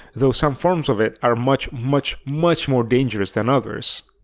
though some forms of it are much much much more dangerous than others.